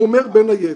הוא אומר בין היתר: